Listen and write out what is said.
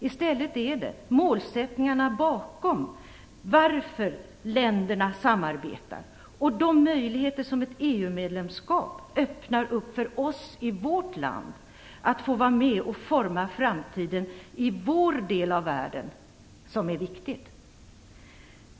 I stället är det målsättningarna bakom ländernas samarbete och de möjligheter som ett EU-medlemskap öppnar för oss i vårt land när det gäller att få vara med och forma framtiden i vår del av världen som är viktigt.